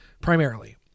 primarily